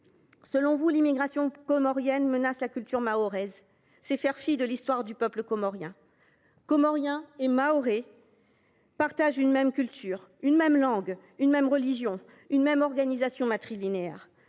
que l’immigration comorienne menace la culture mahoraise, c’est faire fi de l’histoire du peuple comorien. Comoriens et Mahorais partagent une même culture, une même langue, une même religion, une même organisation matrilinéaire.